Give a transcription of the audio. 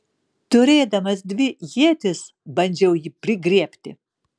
turėdamas dvi ietis bandžiau jį prigriebti